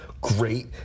great